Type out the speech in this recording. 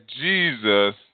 Jesus